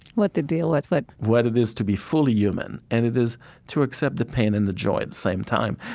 what the deal was, what? what it is to be fully human. and it is to accept the pain and the joy at the same time.